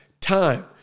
time